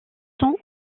sont